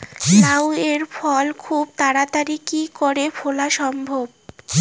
লাউ এর ফল খুব তাড়াতাড়ি কি করে ফলা সম্ভব?